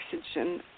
oxygen